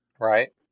Right